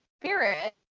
spirit